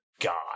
God